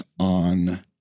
on